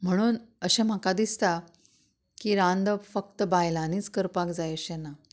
म्हणून अशें म्हाका दिसता की रांदप फकत बायलांनीच करपाक जाय अशें ना